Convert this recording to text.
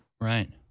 Right